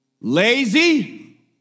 lazy